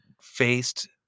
faced